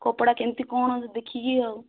କପଡ଼ା କେମିତି କ'ଣ ଦେଖିକି ଆଉ